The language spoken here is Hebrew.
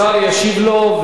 השר ישיב לו,